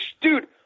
dude